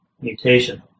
mutation